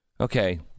Okay